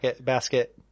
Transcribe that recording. basket